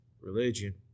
religion